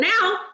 now